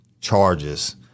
charges